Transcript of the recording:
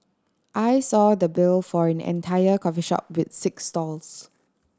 I saw the bill for an entire coffee shop with six stalls